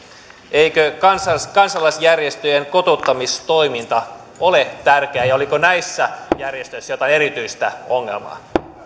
eikö kansalaisjärjestöjen kotouttamistoiminta ole tärkeää ja oliko näissä järjestöissä jotain erityistä ongelmaa